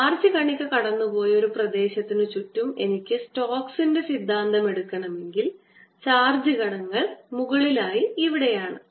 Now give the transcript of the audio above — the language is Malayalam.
ചാർജ് കണിക കടന്നുപോയ ഒരു പ്രദേശത്തിന് ചുറ്റും എനിക്ക് സ്റ്റോക്സിന്റെ സിദ്ധാന്തം എടുക്കണമെങ്കിൽ ചാർജ്ജ് കണങ്ങൾ മുകളിലായി ഇവിടെയാണ്